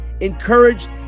encouraged